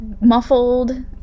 muffled